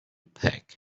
pack